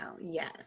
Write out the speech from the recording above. yes